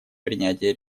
принятия